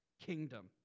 kingdom